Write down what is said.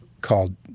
called